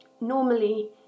normally